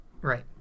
Right